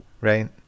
right